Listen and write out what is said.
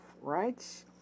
right